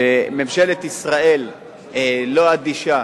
שממשלת ישראל לא אדישה